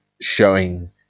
showing